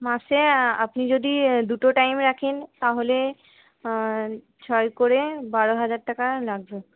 মাসে আপনি যদি দুটো টাইম রাখেন তাহলে ছয় করে বারো হাজার টাকা লাগবে